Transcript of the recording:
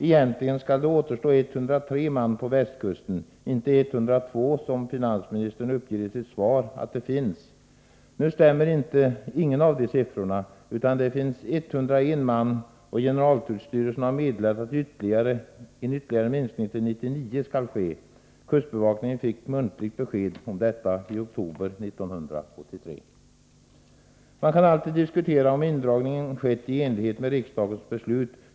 Egentligen skall det då återstå 103 man på västkusten — inte 102, som finansministern i sitt svar uppger att det finns. Nu stämmer ingen av de siffrorna, utan det finns 101 man, och generaltullstyrelsen har meddelat att en ytterligare minskning till 99 skall ske. Kustbevakningen fick muntligt besked om detta i oktober 1983. Det kan alltid diskuteras om indragningen skett i enlighet med riksdagens beslut.